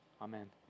Amen